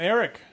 Eric